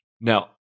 now